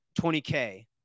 20K